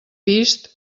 vist